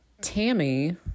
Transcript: Tammy